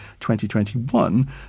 2021